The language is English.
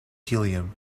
helium